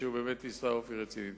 כדי שהוא באמת יישא אופי רציני.